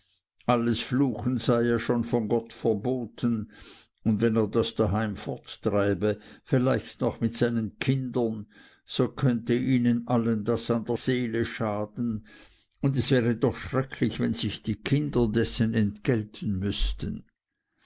alles fluchen sei ja schon von gott verboten und wenn er das daheim forttreibe vielleicht noch mit seinen kindern so könnte ihnen allen das an der seele schaden und es wäre doch schrecklich wenn sich die kinder dessen entgelten müßten